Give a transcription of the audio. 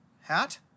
hat